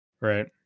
right